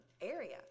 Area